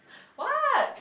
what